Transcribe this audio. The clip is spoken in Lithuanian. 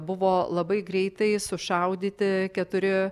buvo labai greitai sušaudyti keturi